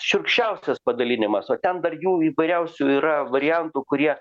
šiurkščiausias padalinimas o ten dar jų įvairiausių yra variantų kurie